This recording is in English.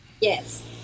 Yes